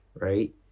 right